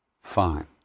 fine